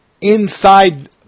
inside